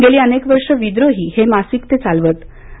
गेली अनेक वर्षे विद्रोही हे मासिक ते चालवत असत